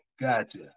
gotcha